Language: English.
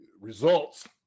results